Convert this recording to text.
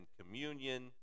communion